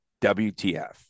WTF